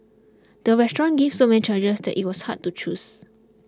the restaurant gave so many choices that it was hard to choose